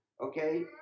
okay